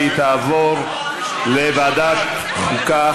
והיא תעבור לוועדת החוקה,